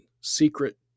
Secret